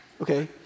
Okay